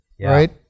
right